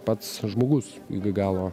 pats žmogus iki galo